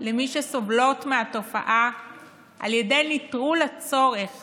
למי שסובלות מהתופעה על ידי נטרול הצורך